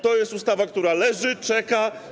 To jest ustawa, która leży, czeka.